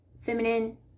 feminine